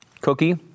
cookie